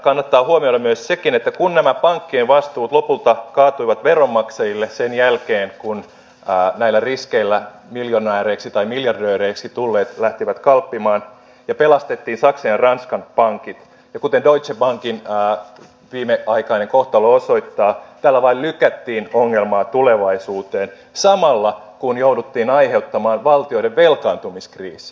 kannattaa huomioida sekin että kun nämä pankkien vastuut lopulta kaatuivat veronmaksajille sen jälkeen kun näillä riskeillä miljonääreiksi tai miljardööreiksi tulleet lähtivät kalppimaan ja pelastettiin saksan ja ranskan pankit niin kuten deutsche bankin viimeaikainen kohtalo osoittaa tällä vain lykättiin ongelmaa tulevaisuuteen samalla kun jouduttiin aiheuttamaan valtioiden velkaantumiskriisi